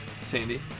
Sandy